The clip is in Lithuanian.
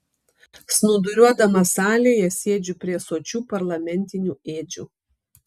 snūduriuodamas salėje sėdžiu prie sočių parlamentinių ėdžių